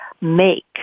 make